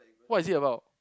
what is it about